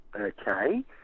Okay